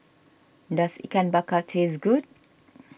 does Ikan Bakar taste good